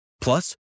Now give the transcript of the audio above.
Plus